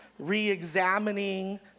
reexamining